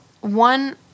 one